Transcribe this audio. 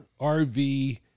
RV